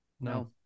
no